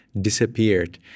disappeared